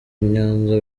nyanza